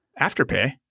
Afterpay